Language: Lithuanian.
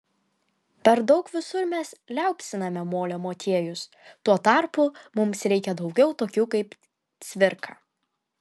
per daug visur mes liaupsiname molio motiejus tuo tarpu mums reikia daugiau tokių kaip cvirka